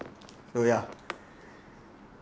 so ya